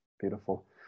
beautiful